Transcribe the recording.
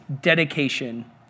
dedication